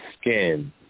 skin